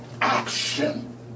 action